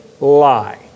lie